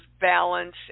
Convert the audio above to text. balance